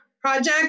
project